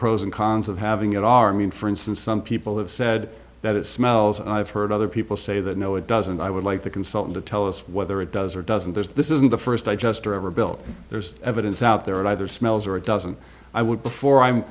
pros and cons of having it are mean for instance some people have said that it smells i've heard other people say that no it doesn't i would like the consultant to tell us whether it does or doesn't there's this isn't the first i just ever built there's evidence out there it either smells or it doesn't i would before i'm